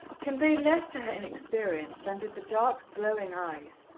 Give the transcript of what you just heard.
conveyed less to her inexperience than did the dark, glowing eyes,